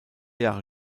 jahre